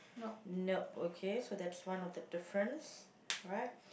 nope okay so that's one of the difference right